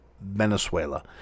Venezuela